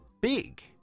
big